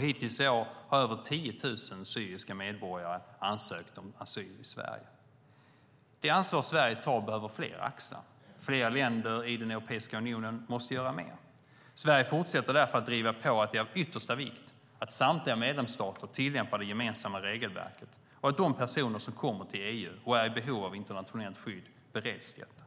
Hittills i år har över 10 000 syriska medborgare ansökt om asyl i Sverige. Det ansvar Sverige tar behöver fler axla. Fler länder i den europeiska unionen måste göra mer. Sverige fortsätter därför att driva på att det är av yttersta vikt att samtliga medlemsstater tillämpar det gemensamma regelverket och att de personer som kommer till EU och är i behov av internationellt skydd bereds detta.